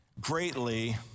greatly